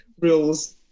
rules